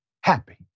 happy